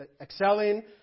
excelling